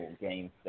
Game